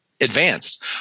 advanced